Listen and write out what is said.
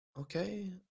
Okay